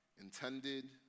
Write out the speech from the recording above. intended